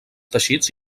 teixits